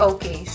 Okay